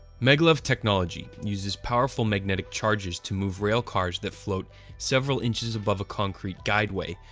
maglev technology uses powerful magnetic charges to move rail cars that float several inches above a concrete guideway,